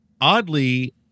oddly